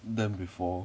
them before